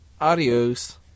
Adios